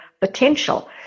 potential